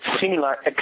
similar